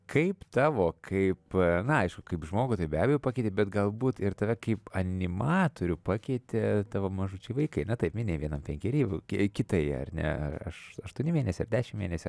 kaip tavo kaip na aišku kaip žmogui tai be abejo pakeitė bet galbūt ir tave kaip animatorių pakeitė tavo mažučiai vaikai na taip minėjai vienam penkeri v kie kitai ar ne aš aštuoni mėnesiai ar dešim mėnesių ar